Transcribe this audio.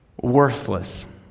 worthless